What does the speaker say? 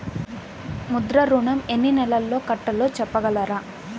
ముద్ర ఋణం ఎన్ని నెలల్లో కట్టలో చెప్పగలరా?